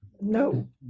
No